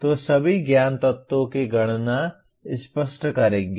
तो सभी ज्ञान तत्वों की गणना स्पष्ट करेंगे